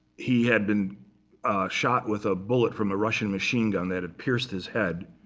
he had been shot with a bullet from a russian machine gun that had pierced his head,